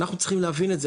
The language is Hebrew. אנחנו צריכים להבין את זה,